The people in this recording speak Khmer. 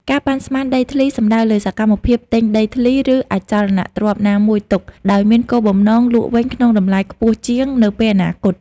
ការប៉ាន់ស្មានដីធ្លី សំដៅលើសកម្មភាព ទិញដីធ្លី ឬអចលនទ្រព្យណាមួយទុក ដោយមានគោលបំណង លក់វិញក្នុងតម្លៃខ្ពស់ជាង នៅពេលអនាគត។